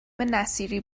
نصیری